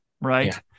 right